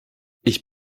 ich